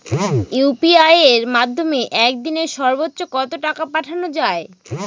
UPI এর মাধ্যমে এক দিনে সর্বচ্চ কত টাকা পাঠানো যায়?